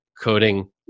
coding